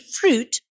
fruit